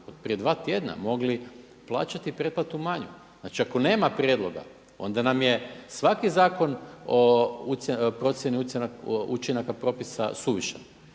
prije dva tjedna mogli plaćati pretplatu manju. Znači ako nema prijedloga, onda nam je svaki Zakon o procjeni učinaka propisa suvišan.